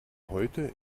heute